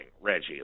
Reggie